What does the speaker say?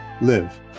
live